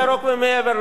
שיפעל שוויוני.